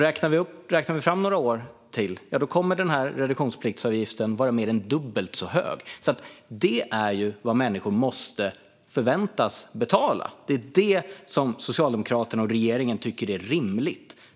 Räknar vi framåt några år kommer den här reduktionspliktsavgiften att vara dubbelt så hög. Det är vad människor förväntas betala. Det är det som Socialdemokraterna och regeringen tycker är rimligt.